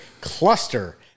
cluster